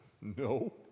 No